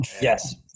Yes